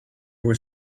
were